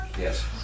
Yes